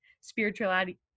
spirituality